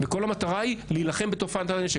ובכל המטרה היא להילחם בתופעת הנשק,